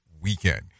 weekend